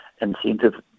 incentive